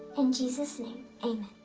in jesus' name, amen.